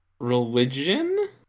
religion